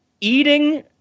eating